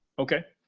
okay.